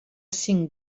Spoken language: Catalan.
cinc